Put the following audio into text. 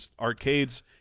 arcades